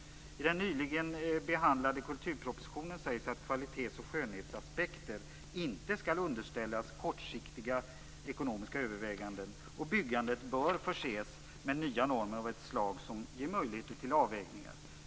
I den nyligen behandlade kulturpropositionen sägs att kvalitets och skönhetsaspekter inte skall underställas kortsiktiga ekonomiska överväganden och att byggandet bör förses med nya normer av ett slag som ger möjligheter till avvägningar.